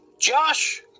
josh